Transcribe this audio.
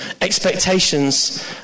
expectations